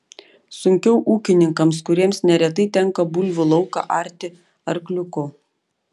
sunkiau ūkininkams kuriems neretai tenka bulvių lauką arti arkliuku